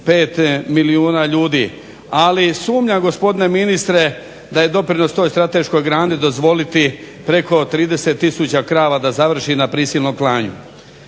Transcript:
25 milijuna ljudi. Ali sumnjam gospodine ministre da je doprinos toj strateškoj grani dozvoliti preko 30 tisuća krava da završi na prisilnom klanju.